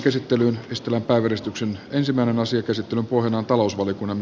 käsittelyn pohjana on talousvaliokunnan mietintö